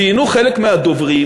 ציינו חלק מהדוברים